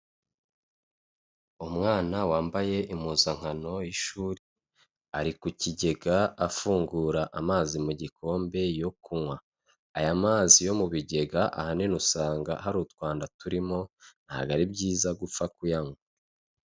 Umwana wambaye impuzankano y'ishuri, ari ku kigega afungura amazi mu gikombe yo kunywa. Aya mazi yo mu bigega ahanini usanga hari utwanda turimo ntabwo ari byiza gupfa kuyanywa.